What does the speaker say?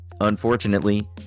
Unfortunately